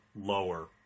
lower